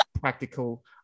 practical